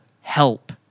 help